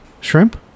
shrimp